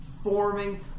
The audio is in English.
Forming